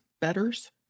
betters